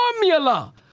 formula